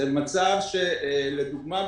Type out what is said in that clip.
לדוגמה,